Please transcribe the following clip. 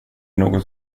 något